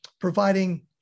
providing